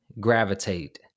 gravitate